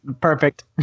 perfect